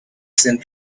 send